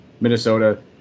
Minnesota